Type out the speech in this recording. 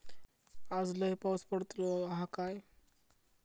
आज लय पाऊस पडतलो हा काय?